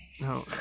no